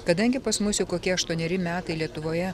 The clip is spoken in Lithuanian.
kadangi pas mus jau kokie aštuoneri metai lietuvoje